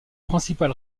principal